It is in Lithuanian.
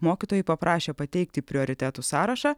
mokytojų paprašė pateikti prioritetų sąrašą